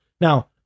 Now